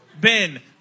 Ben